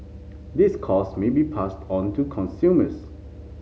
these cost may be passed on to consumers